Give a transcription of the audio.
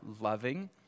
loving